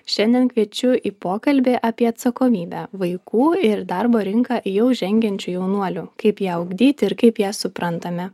šiandien kviečiu į pokalbį apie atsakomybę vaikų ir į darbo rinką jau žengiančių jaunuolių kaip ją ugdyti ir kaip ją suprantame